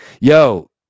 Yo